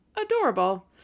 adorable